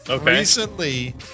recently